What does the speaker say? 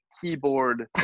keyboard